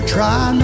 Try